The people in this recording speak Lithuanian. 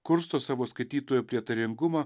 kursto savo skaitytojų prietaringumą